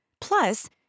Plus